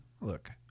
look